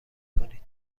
کنید